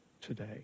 today